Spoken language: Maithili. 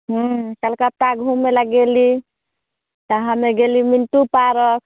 हूँ कलकत्ता घुमय लए गेली तऽ हमे गेली मिन्टू पार्क